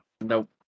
Nope